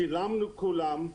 שילמנו לכולם,